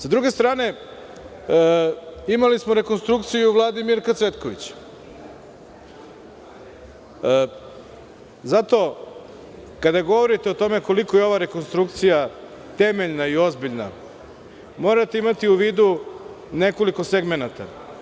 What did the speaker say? S druge strane, imali smo rekonstrukciju Vlade Mirka Cvetković, zato kada govorite koliko je ova rekonstrukcija temeljna i ozbiljna morate imati u vidu nekoliko segmenata.